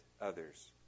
others